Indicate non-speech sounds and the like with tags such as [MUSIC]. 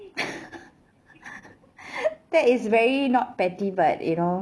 [NOISE] that is very not petty but you know